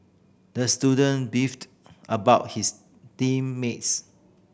the student beefed about his team mates